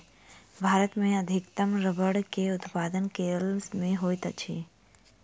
भारत मे अधिकतम रबड़ के उत्पादन केरल मे होइत अछि